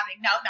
no